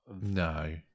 No